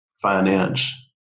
finance